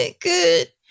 Good